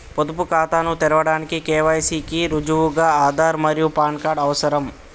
పొదుపు ఖాతాను తెరవడానికి కే.వై.సి కి రుజువుగా ఆధార్ మరియు పాన్ కార్డ్ అవసరం